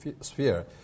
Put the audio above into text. sphere